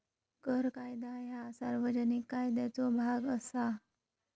कर कायदा ह्या सार्वजनिक कायद्याचो भाग असा